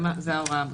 זה המצב.